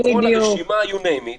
את כל הרשימה, you name it,